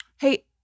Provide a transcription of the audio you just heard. Hey